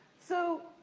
so,